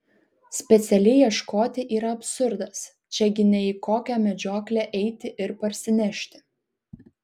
specialiai ieškoti yra absurdas čia gi ne į kokią medžioklę eiti ir parsinešti